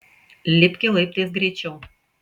lipki laiptais greičiau